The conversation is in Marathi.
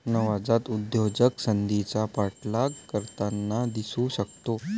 नवजात उद्योजक संधीचा पाठलाग करताना दिसू शकतो